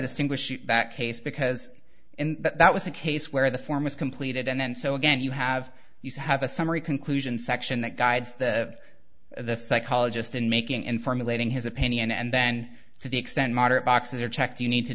distinguish that case because in that was a case where the form was completed and then so again you have you have a summary conclusion section that guides the the psychologist in making in formulating his opinion and then to the extent moderate boxes are checked you need to